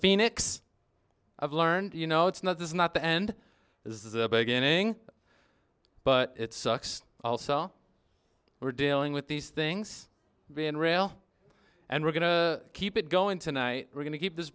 phoenix i've learned you know it's not this is not the end this is a beginning but it sucks all saw we're dealing with these things being real and we're going to keep it going tonight we're going to keep this